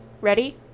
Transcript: Ready